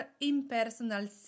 impersonal